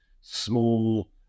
small